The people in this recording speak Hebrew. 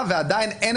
הדבר הזה יוצר הרתעה.